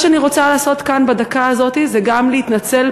מה שאני רוצה לעשות כאן בדקה הזאת זה גם להתנצל